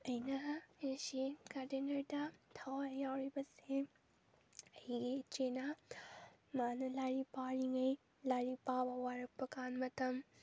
ꯑꯩꯅ ꯉꯁꯤ ꯒꯥꯔꯗꯦꯅꯔꯗ ꯊꯋꯥꯏ ꯌꯥꯎꯔꯤꯕꯁꯤ ꯑꯩꯒꯤ ꯏꯆꯦꯅ ꯃꯥꯅ ꯂꯥꯏꯔꯤꯛ ꯄꯥꯔꯤꯉꯩ ꯂꯥꯏꯔꯤꯛ ꯄꯥꯕ ꯋꯥꯔꯛꯄ ꯀꯥꯟ ꯃꯇꯝ